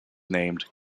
named